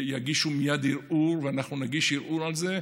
יגישו מייד ערעור, ואנחנו נגיש ערעור על זה.